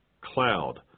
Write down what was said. cloud